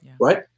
right